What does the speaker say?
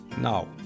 Now